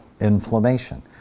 inflammation